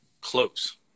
Close